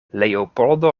leopoldo